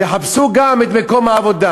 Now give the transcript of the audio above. ויחפשו גם את מקום העבודה.